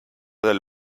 del